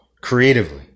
creatively